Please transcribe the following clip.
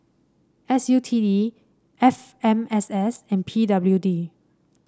S U T D F M S S and P W D